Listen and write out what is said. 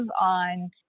on